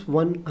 one